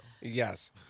Yes